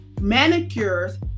manicures